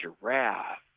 giraffe